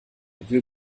will